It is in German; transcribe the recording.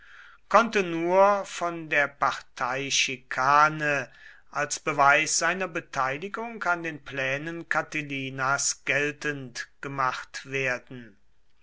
konnte nur von der parteischikane als beweis seiner beteiligung an den plänen catilinas geltend gemacht werden